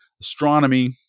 astronomy